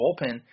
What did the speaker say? bullpen